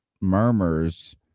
murmurs